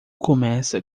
começa